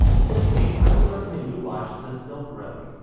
this week i would recommend you watch the silk road,